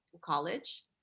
college